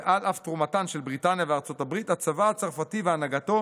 ועל אף תרומתן של בריטניה וארצות הברית הצבא הצרפתי והנהגתו